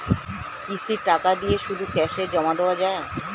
কিস্তির টাকা দিয়ে শুধু ক্যাসে জমা দেওয়া যায়?